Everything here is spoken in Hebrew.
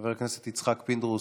חבר הכנסת יצחק פינדרוס,